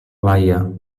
baia